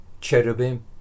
cherubim